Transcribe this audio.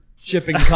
Shipping